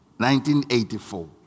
1984